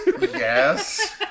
yes